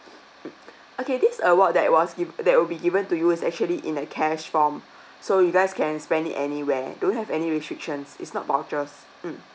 okay this award that was gi~ that will be given to you is actually in a cash form so you guys can spend it anywhere don't have any restrictions is not vouchers mm